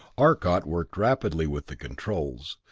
arcot worked rapidly with the controls,